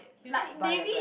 you just buy the black